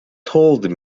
told